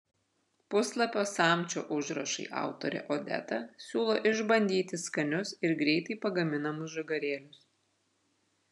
puslapio samčio užrašai autorė odeta siūlo išbandyti skanius ir greitai pagaminamus žagarėlius